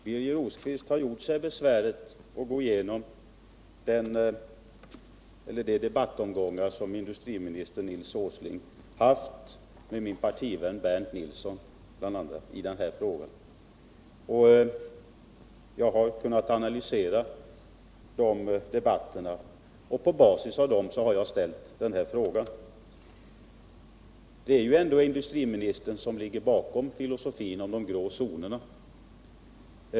Herr talman! Birger Rosqvist har gjort sig besväret att gå igenom de debattomgångar som industriministern Nils Åsling har haft med min partivän Bernt Nilsson, bl.a. i den här frågan. Jag har också kunnat analysera de debatterna, och på basis av dem har jag ställt min fråga. Det är ju ändå industriministern som ligger bakom filosofin om de grå zonerna.